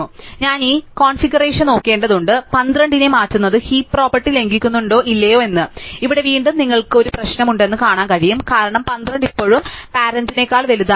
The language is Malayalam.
അതിനാൽ ഞാൻ ഈ കോൺഫിഗറേഷൻ നോക്കേണ്ടതുണ്ട് ഞാൻ 12 നെ മാറ്റുന്നത് ഹീപ് പ്രോപ്പർട്ടി ലംഘിക്കുന്നുണ്ടോ ഇല്ലയോ എന്ന് ഇവിടെ വീണ്ടും നിങ്ങൾക്ക് ഒരു പ്രശ്നം ഉണ്ടെന്ന് കാണാൻ കഴിയും കാരണം 12 ഇപ്പോഴും പാരെന്റ്സെക്കാൾ വലുതാണ്